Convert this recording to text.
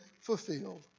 fulfilled